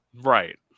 Right